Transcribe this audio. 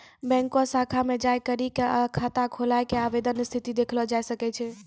बैंको शाखा मे जाय करी क खाता खोलै के आवेदन स्थिति देखलो जाय सकै छै